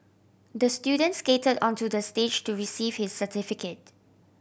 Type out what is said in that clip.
the student skated onto the stage to receive his certificate